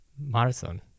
marathon